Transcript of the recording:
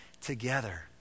together